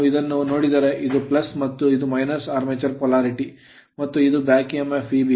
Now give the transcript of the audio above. ನೀವು ಇದನ್ನು ನೋಡಿದರೆ ಇದು ಮತ್ತು - armature polarity ಆರ್ಮೇಚರ್ ಧ್ರುವೀಯತೆ ಮತ್ತು ಇದು ಬ್ಯಾಕ್ EMF Eb